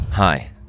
Hi